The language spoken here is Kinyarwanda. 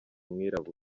umwirabura